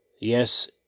yes